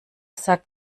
sagt